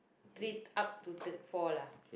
three up to three four lah